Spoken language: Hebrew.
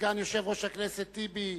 סגן יושב-ראש הכנסת טיבי.